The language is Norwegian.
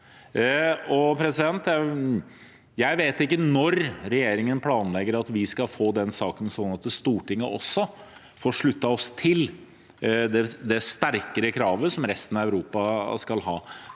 Jeg vet ikke når regjeringen planlegger at vi skal få den saken, sånn at vi i Stortinget også får sluttet oss til det strengere kravet som resten av Europa skal ha.